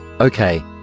Okay